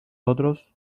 otros